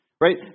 right